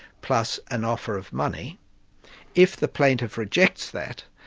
plus an offer of money if the plaintiff rejects that,